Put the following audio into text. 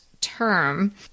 term